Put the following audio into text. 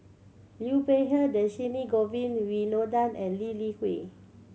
Liu Peihe Dhershini Govin Winodan and Lee Li Hui